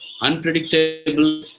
unpredictable